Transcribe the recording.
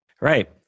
Right